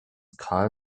karl